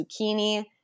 zucchini